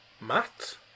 Matt